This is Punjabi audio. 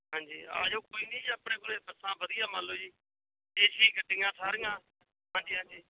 ਹਾਂਜੀ ਆ ਜਾਓ ਕੋਈ ਨਹੀਂ ਜੀ ਆਪਣੇ ਕੋਲ ਬੱਸਾਂ ਵਧੀਆ ਮੰਨ ਲਓ ਜੀ ਏ ਸੀ ਗੱਡੀਆਂ ਸਾਰੀਆਂ ਹਾਂਜੀ ਹਾਂਜੀ